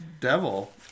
devil